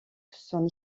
son